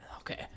Okay